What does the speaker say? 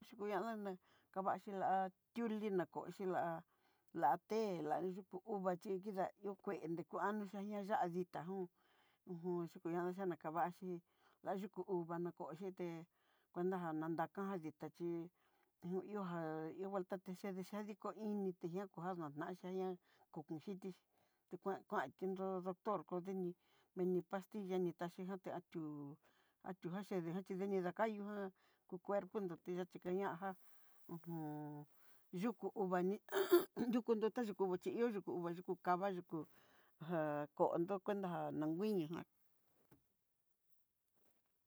Kuchí kuliana ná javaxhi lá tiulina koxhi lá, la té la yuku uva xi kidá ihó kuénde kuandó cheña yaa ditá njó hu ju yukú xiá nakavaxhí la yuku uvaa ná koo yité kuenta jan ná kan ditá xhí ihó ihojan ihovuelta tichedi xhadii, xhadiko ini te ña kuan ná chadia kunixhiti hu kuan kuá tunrodó doctor kudini mini pastilla, nitaxhí jan ti'a ti'ú 'ú jaxhini dée jan xhini dakayuu ján ku cuerpo nró tiyó tijañaja uju yukú uva ñe an yukú nrutu ta yukú chí ihó yukú oha kuyú kava yukú já kó'o ndo cuenta já nannguiñon ján.